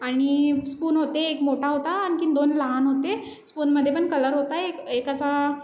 आणि स्पून होते एक मोठा होता आणखीन दोन लहान होते स्पूनमधे पण कलर होता एक एकाचा